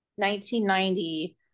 1990